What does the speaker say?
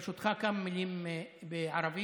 ברשותך, כמה מילים בערבית.